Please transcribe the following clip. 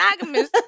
monogamous